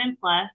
Plus